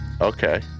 Okay